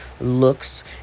looks